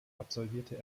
absolvierte